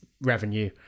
revenue